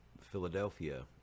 philadelphia